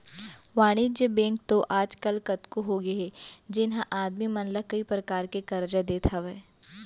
वाणिज्य बेंक तो आज काल कतको होगे हे जेन ह आदमी मन ला कई परकार के करजा देत हावय